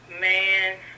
Man